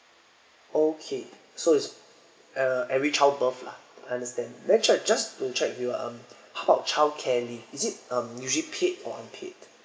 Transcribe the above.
okay so is uh every childbirth lah I understand then just just to check with you um how child care leave is it um usually paid or unpaid